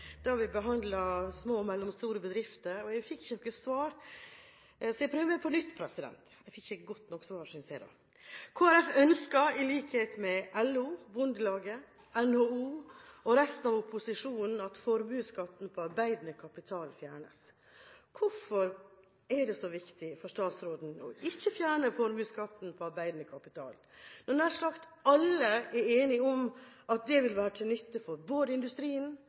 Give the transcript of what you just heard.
så jeg prøver på nytt. Kristelig Folkeparti ønsker i likhet med resten av opposisjonen, LO, Bondelaget og NHO at formuesskatten på arbeidende kapital fjernes. Hvorfor er det så viktig for statsråden ikke å fjerne formuesskatten på arbeidende kapital, når nær sagt alle er enige om at det vil være til nytte for både industrien,